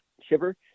shiver